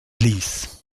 ließ